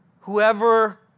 whoever